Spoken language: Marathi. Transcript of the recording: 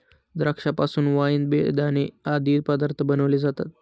द्राक्षा पासून वाईन, बेदाणे आदी पदार्थ बनविले जातात